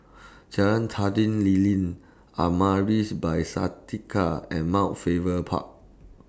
Jalan Lilin Amaris By Santika and Mount Faber Park